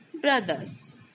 brothers